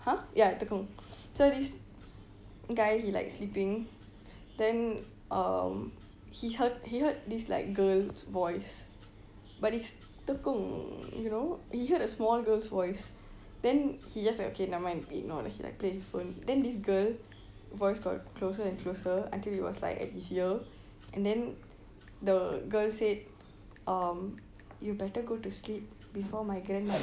!huh! ya at tekong so this guy he like sleeping then um he heard he heard this like girl's voice but its tekong you know he heard a small girl's voice then he just like okay nevermind ignore then he like play his phone then this girl voice got closer and closer until it was like at his ear and then the girl said um you better go to sleep before my grandmother